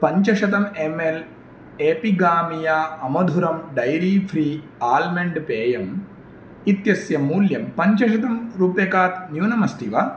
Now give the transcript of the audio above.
पञ्चशतं M L Epigamia अमधुरम् dairy free almond पेयम् इत्यस्य मूल्यं पञ्चशतं रूप्यकात् न्यूनम् अस्ति वा